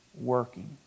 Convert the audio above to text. working